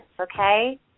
okay